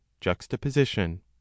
juxtaposition